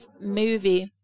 movie